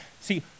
see